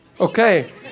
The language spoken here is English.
okay